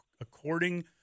according